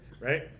Right